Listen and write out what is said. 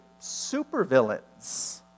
supervillains